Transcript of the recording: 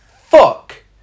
fuck